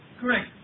correct